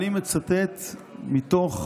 אני מצטט מתוך